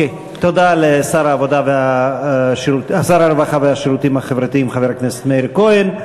תודה לשר הרווחה והשירותים החברתיים חבר הכנסת מאיר כהן.